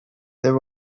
there